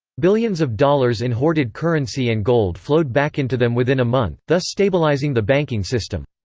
billions of dollars in hoarded currency and gold flowed back into them within a month, thus stabilizing the banking system.